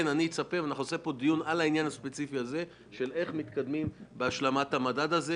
אנחנו נעשה דיון על איך מתקדמים בהשלמת המדד הזה.